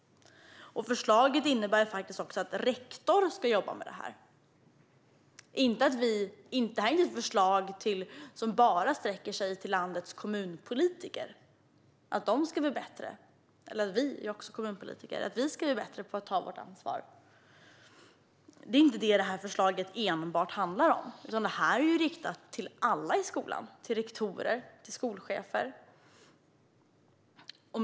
Förslaget innebär också att rektorn ska jobba med detta. Det är inte ett förslag som bara sträcker sig till landets kommunpolitiker och som bara innebär att de, eller vi - jag är ju också kommunpolitiker - ska bli bättre på att ta vårt ansvar. Det är inte enbart det som detta förslag handlar om, utan det är riktat till alla i skolan - även till rektorer och skolchefer.